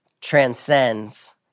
transcends